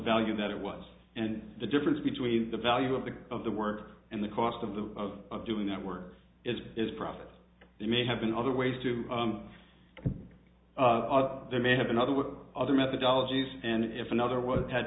value that it was and the difference between the value of the of the work and the cost of the of of doing that work is profit they may have been other ways too there may have been other work other methodology s and if another was had